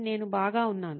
నేను బాగా ఉన్నాను